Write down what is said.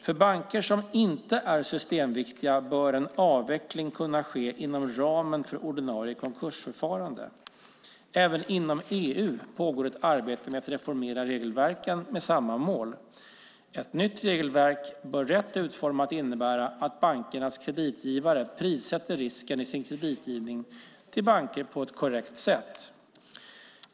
För banker som inte är systemviktiga bör en avveckling kunna ske inom ramen för ordinarie konkursförfarande. Även inom EU pågår ett arbete med att reformera regelverken med samma mål. Ett nytt regelverk bör rätt utformat innebära att bankernas kreditgivare prissätter risken i sin kreditgivning till banker på ett korrekt sätt.